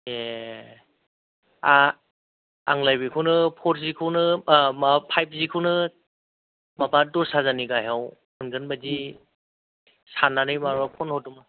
ए आंलाय बेखौनो फरजिखौनो माबा फाइबजिखौनो माबा दस हाजारनि गाहायाव मोनगोन बादि साननानै माबा फन हरदोंमोन